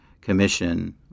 commission